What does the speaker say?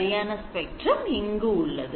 சரியான ஸ்பெக்ட்ரம் இங்கு உள்ளது